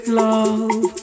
love